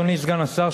אדוני סגן השר,